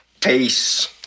Peace